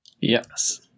Yes